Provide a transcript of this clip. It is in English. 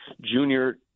junior